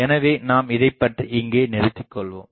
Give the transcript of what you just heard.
எனவே நாம் இதைப் பற்றி இங்கே நிறுத்திக்கொள்வோம்